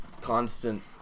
constant